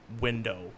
window